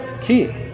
key